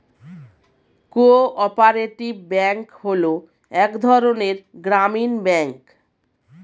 co operative bank হলো এক ধরনের গ্রামীণ ব্যাঙ্ক